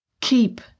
keep